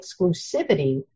exclusivity